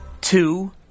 Two